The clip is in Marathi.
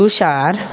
तुषार